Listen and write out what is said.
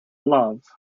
love